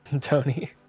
Tony